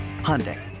Hyundai